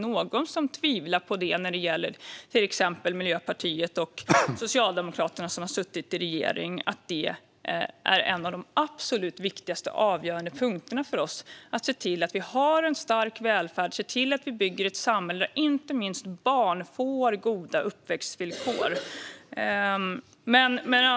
När det gäller till exempel Miljöpartiet och Socialdemokraterna, som har suttit i regeringen, tror jag egentligen inte att det är någon som tvivlar på att en av de absolut viktigaste och mest avgörande punkterna för oss är att se till att vi har en stark välfärd och att vi bygger ett samhälle där inte minst barn får goda uppväxtvillkor.